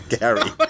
Gary